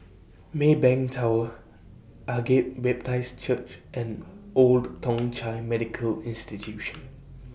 Maybank Tower Agape Baptist Church and Old Thong Chai Medical Institution